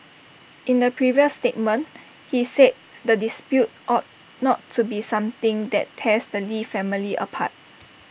in the previous statement he said the dispute ought not to be something that tears the lee family apart